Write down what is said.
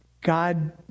God